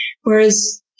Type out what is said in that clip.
Whereas